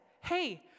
hey